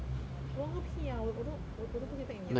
好玩个屁啊我都我我都不可以 tag 你 liao 现在